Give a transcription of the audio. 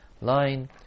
line